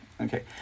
okay